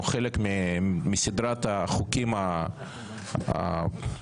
הוא חלק מסדרת החוקים הפרסונליים,